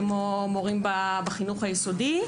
כמו מורים בחינוך היסודי.